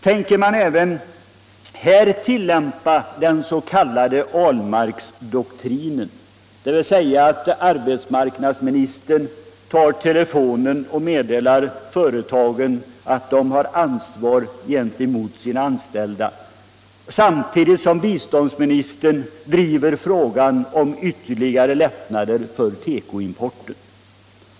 Tänker man även här tillämpa den s.k. Ahlmarksdoktrinen, dvs. att arbetsmarknadsministern tar telefonluren och meddelar företagsledningarna att de har ansvar gentemot sina anställda, samtidigt som biståndsministern driver frågan om ytterligare lättnader för tekoimporten?